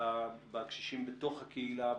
בקשישים בתוך הקהילה,